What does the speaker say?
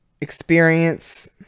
Experience